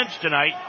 tonight